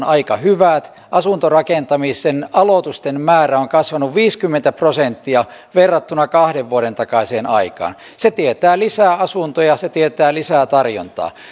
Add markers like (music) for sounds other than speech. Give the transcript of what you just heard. (unintelligible) aika hyvät asuntorakentamisen aloitusten määrä on kasvanut viisikymmentä prosenttia verrattuna kahden vuoden takaiseen aikaan se tietää lisää asuntoja se tietää lisää tarjontaa